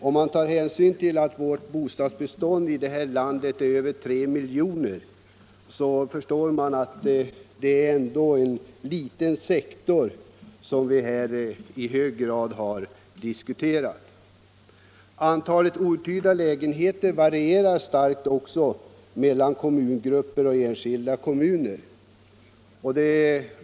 Om man tar hänsyn till att vi har ett bestånd av över tre miljoner bostäder i det här landet förstår man att det ändå är en liten sektor som vi här diskuterar. Antalet outhyrda lägenheter varierar starkt också mellan kommungrupper och enskilda kommuner.